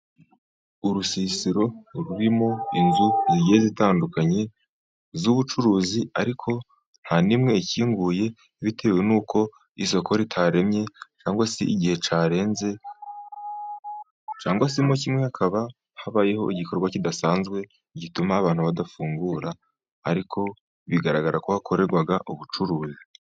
Urusisiro rurimo inzu zigiye zitandukanye z'ubucuruzi, ariko nta n'imwe ikinguye bitewe n'uko isoko ritaremye, cyangwa se igihe cyarenze, cyangwa se mo kimwe hakaba habayeho igikorwa kidasanzwe gituma abantu badafungura, ariko bigaragara ko hakorerwa ubucuruzi.